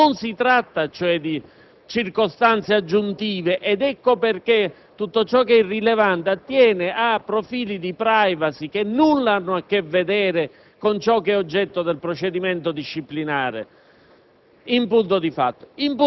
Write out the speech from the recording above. procedimento disciplinare. Non si tratta, cioè, di circostanze aggiuntive ed ecco perché tutto ciò che è irrilevante attiene a profili di *privacy* che nulla hanno a che vedere con ciò che è oggetto del procedimento disciplinare.